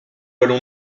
allons